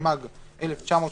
התשמ"ג 1983,